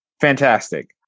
Fantastic